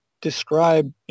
describe